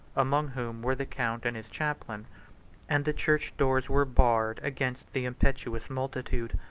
among whom were the count and his chaplain and the church doors were barred against the impetuous multitude.